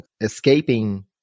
escaping